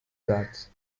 guards